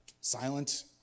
silent